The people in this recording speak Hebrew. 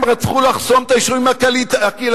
הם רצו לחסום את היישובים הקהילתיים,